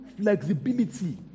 flexibility